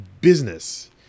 business